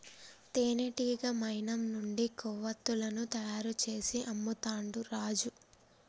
తేనెటీగ మైనం నుండి కొవ్వతులను తయారు చేసి అమ్ముతాండు రాజు